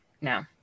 No